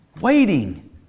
Waiting